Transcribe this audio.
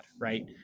Right